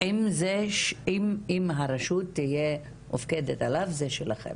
אם הרשות תהיה מופקדת עליו, זה שלכם.